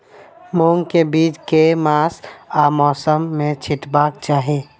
मूंग केँ बीज केँ मास आ मौसम मे छिटबाक चाहि?